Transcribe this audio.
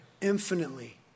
infinitely